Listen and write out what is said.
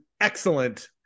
excellent